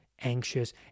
anxious